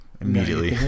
immediately